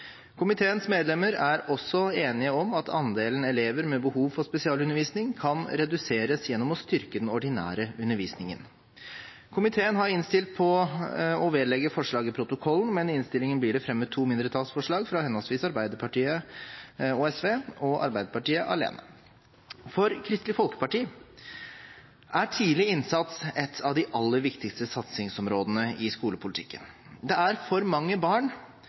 Komiteens medlemmer er også enige om at andelen elever med behov for spesialundervisning kan reduseres gjennom å styrke den ordinære undervisningen. Komiteen har innstilt på å vedlegge forslaget protokollen, men i innstillingen blir det fremmet to mindretallsforslag, fra henholdsvis Arbeiderpartiet og Sosialistisk Venstreparti og Arbeiderpartiet alene. For Kristelig Folkeparti er tidlig innsats et av de aller viktigste satsingsområdene i skolepolitikken. Det er for mange barn